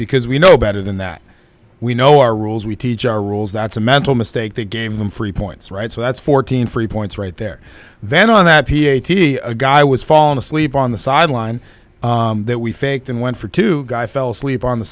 because we know better than that we know our rules we teach our rules that's a mental mistake they gave them three points right so that's fourteen free points right there then on that p a t a guy was falling asleep on the sideline that we faked and went for two guy fell asleep on the